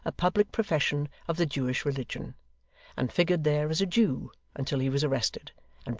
a public profession of the jewish religion and figured there as a jew until he was arrested,